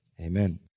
Amen